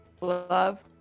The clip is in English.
love